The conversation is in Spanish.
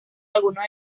algunos